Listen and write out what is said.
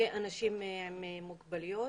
ואנשים עם מוגבלויות.